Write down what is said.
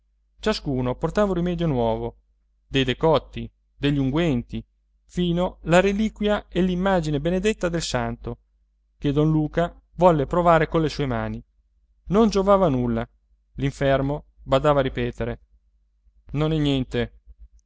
ciascuno portava un rimedio nuovo dei decotti degli unguenti fino la reliquia e l'immagine benedetta del santo che don luca volle provare colle sue mani non giovava nulla l'infermo badava a ripetere non è niente